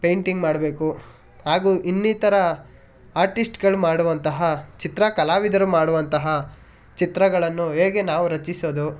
painting ಮಾಡಬೇಕು ಹಾಗೂ ಇನ್ನಿತರ ಆರ್ಟಿಸ್ಟ್ಗಳು ಮಾಡುವಂತಹ ಚಿತ್ರಕಲಾವಿದರು ಮಾಡುವಂತಹ ಚಿತ್ರಗಳನ್ನು ಹೇಗೆ ನಾವು ರಚಿಸೋದು